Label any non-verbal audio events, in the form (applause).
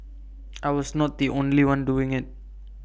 I (noise) was not the only one doing IT